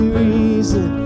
reason